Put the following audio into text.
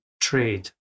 trade